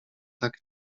tak